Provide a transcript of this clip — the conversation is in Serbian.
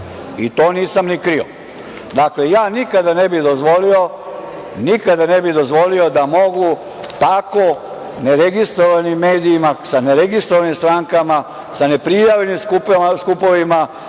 To nisam ni krio. Dakle, ja nikada ne bih dozvolio da mogu tako neregistrovanim medijima, sa neregistrovanim strankama, sa neprijavljenim skupovima,